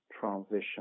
transition